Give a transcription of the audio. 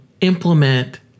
implement